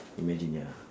imagine ya